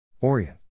orient